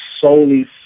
solely